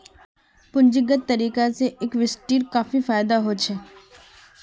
पूंजीगत तरीका से इक्विटीर काफी फायेदा होछे